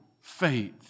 faith